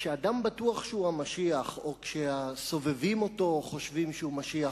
כשאדם בטוח שהוא המשיח או כשהסובבים אותו חושבים שהוא משיח,